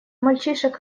мальчишек